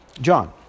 John